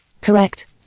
Correct